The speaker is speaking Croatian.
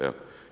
Evo.